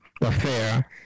affair